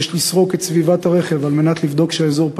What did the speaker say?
תאונות מסוג זה ניתן למנוע בקלות על-ידי הקפדה על כללי בטיחות פשוטים,